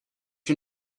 you